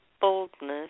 boldness